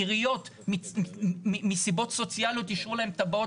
עיריות מסיבות סוציאליות אישרו להם טבעות